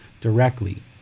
directly